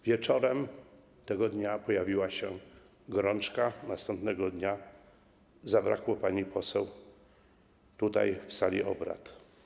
Wieczorem tego dnia pojawiła się gorączka, następnego dnia zabrakło pani poseł tutaj, na sali obrad.